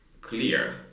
clear